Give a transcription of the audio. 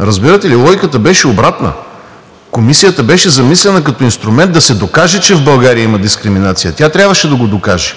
Разбирате ли? Логиката беше обратна – Комисията беше замислена като инструмент да се докаже, че в България има дискриминация. Тя трябваше да го докаже.